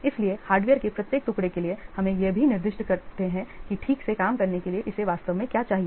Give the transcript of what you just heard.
इसलिए हार्डवेयर के प्रत्येक टुकड़े के लिए हम यह भी निर्दिष्ट करते हैं कि ठीक से काम करने के लिए इसे वास्तव में क्या चाहिए